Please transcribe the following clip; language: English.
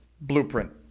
Blueprint